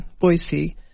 Boise